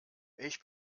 ich